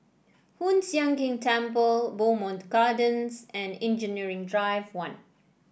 Hoon Sian Keng Temple Bowmont Gardens and Engineering Drive One